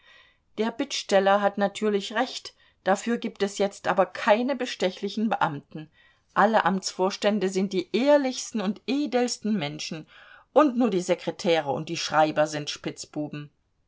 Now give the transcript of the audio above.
der bittsteller hat natürlich recht dafür gibt es jetzt aber keine bestechlichen beamten alle amtsvorstände sind die ehrlichsten und edelsten menschen und nur die sekretäre und die schreiber sind spitzbuben